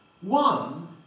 One